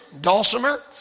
dulcimer